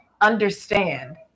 Understand